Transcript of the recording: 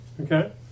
Okay